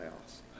house